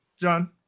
John